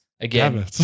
again